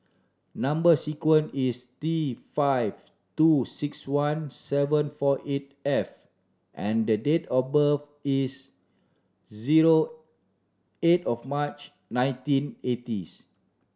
number sequence is T five two six one seven four eight F and the date of birth is zero eight of March nineteen eightieth